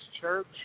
Church